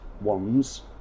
ones